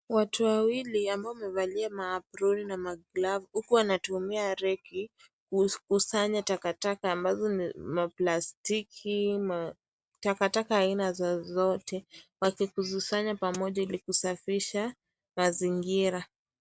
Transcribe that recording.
Watu wawili, ambao wamevalia maaproni na maglovu huku wanatumia reki, kusanya takataka ambazo ni maplastiki, takataka aina zozote. Wakikusanya pamoja ili kusafisha mazingira.